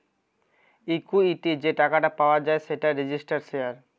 equity যে টাকাটা পাওয়া যায় সেটাই রেজিস্টার্ড শেয়ার